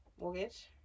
Mortgage